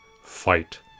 fight